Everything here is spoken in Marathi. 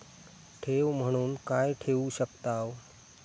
ठेव म्हणून काय ठेवू शकताव?